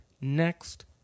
next